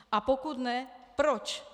A pokud ne, proč?